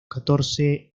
catorce